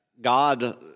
God